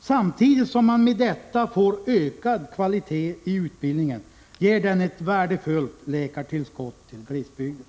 Samtidigt som utbildningen med detta får högre kvalitet ger den ett värdefullt läkartillskott till glesbygden.